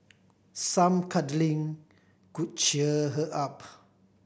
some cuddling could cheer her up